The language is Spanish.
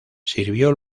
sirvió